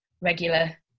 regular